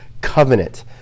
covenant